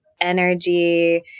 energy